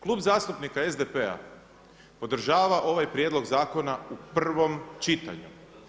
Klub zastupnika SDP-a podržava ovaj prijedlog zakona u prvom čitanju.